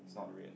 it's not red